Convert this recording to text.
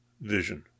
vision